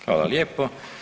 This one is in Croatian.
Hvala lijepo.